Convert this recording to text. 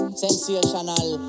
sensational